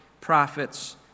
prophets